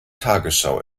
tagesschau